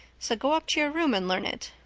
so go up to your room and learn it.